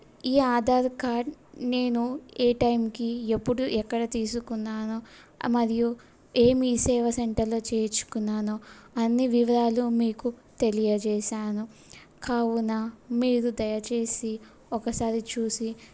ఈ ఆధార్ కార్డ్ నేను ఏ టైంకి ఎప్పుడు ఎక్కడ తీసుకున్నానో మరియు ఏ మీ సేవ సెంటర్లో చేయించుకున్నానో అన్ని వివరాలు మీకు తెలియచేశాను కావున మీరు దయచేసి ఒకసారి చూసి